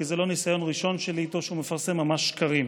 כי זה לא ניסיון ראשון שלי איתו שהוא מפרסם ממש שקרים,